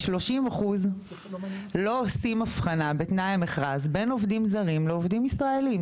ה-30% לא עושים הבחנה בתנאי המכרז בין עובדים זרים לעובדים ישראלים.